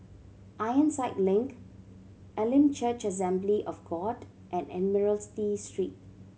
Ironside Link Elim Church Assembly of God and Admiralty Street